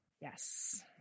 Yes